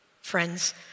Friends